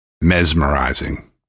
mesmerizing